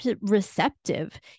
receptive